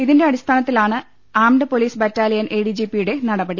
ഇതിന്റെ അടിസ്ഥാനത്തിലാണ് armed police battalion ADGP യുടെ നടപടി